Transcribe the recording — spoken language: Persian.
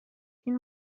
این